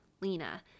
Lena